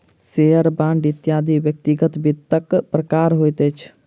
share, bond इत्यादि व्यक्तिगत वित्तक प्रकार होइत अछि